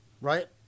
right